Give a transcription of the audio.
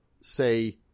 say